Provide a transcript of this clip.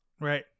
Right